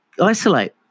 isolate